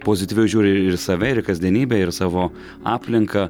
pozityviau žiūri ir į save ir į kasdienybę ir savo aplinką